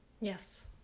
Yes